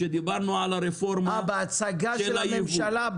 כשדיברנו על הרפורמה --- אה בהצגה של הממשלה?